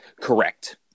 Correct